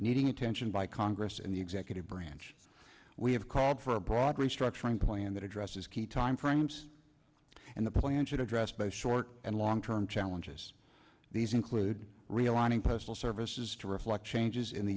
needing attention by congress in the executive branch we have called for a broad restructuring plan that addresses key time frames and the plan should address both short and long term challenges these include realigning postal service is to reflect changes in the